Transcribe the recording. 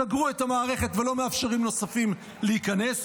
סגרו את המערכת ולא מאפשרים לנוספים להיכנס,